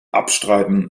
abstreiten